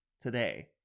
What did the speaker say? today